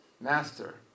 master